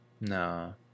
No